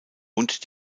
und